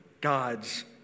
God's